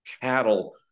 cattle